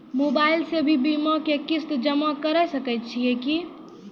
Mobile से भी बीमा के किस्त जमा करै सकैय छियै कि?